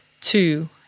two